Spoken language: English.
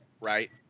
right